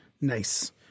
Nice